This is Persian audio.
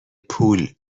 پول